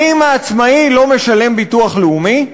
האם העצמאי לא משלם ביטוח לאומי?